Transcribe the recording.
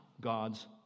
God's